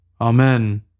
Amen